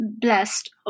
blessed